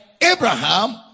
Abraham